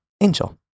Angel